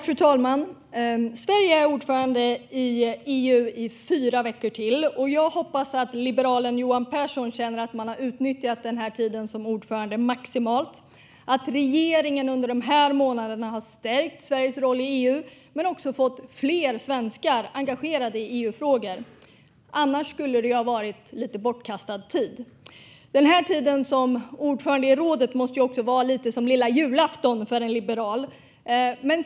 Fru talman! Sverige är ordförande i EU i fyra veckor till. Jag hoppas att liberalen Johan Pehrson känner att man har utnyttjat den här tiden som ordförande maximalt och att regeringen under dessa månader har stärkt Sveriges roll i EU och fått fler svenskar engagerade i EU-frågor - annars skulle det ju ha varit lite bortkastad tid. Denna tid som ordförande i rådet måste vara något av lilla julafton för en liberal.